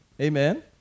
Amen